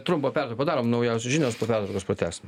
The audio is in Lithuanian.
trumpą pertrauką padarom naujausios žinios po pertraukos pratęsim